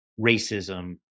racism